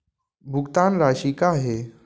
भुगतान राशि का हे?